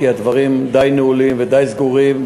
כי הדברים די נעולים ודי סגורים,